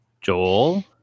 Joel